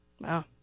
Wow